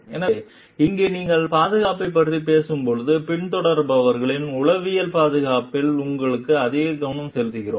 எனவே இங்கே நீங்கள் பாதுகாப்பைப் பற்றி பேசும்போது பின்தொடர்பவர்களின் உளவியல் பாதுகாப்பில் நாங்கள் அதிக கவனம் செலுத்துகிறோம்